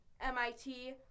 MIT